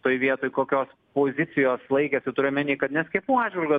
toj vietoj kokios pozicijos laikėsi turiu omeny kad nes kitų atžvilgiu